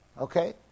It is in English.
okay